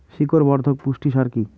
শিকড় বর্ধক পুষ্টি সার কি?